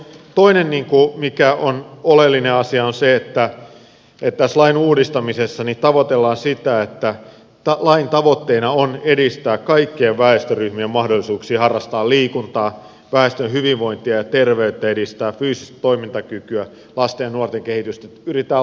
toinen mikä on oleellinen asia on se että tässä lain uudistamisessa lain tavoitteena on edistää kaikkien väestöryhmien mahdollisuuksia harrastaa liikuntaa edistää väestön hyvinvointia ja terveyttä fyysistä toimintakykyä lasten ja nuorten kehitystä pyritään laajentamaan tätä näkökulmaa